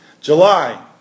July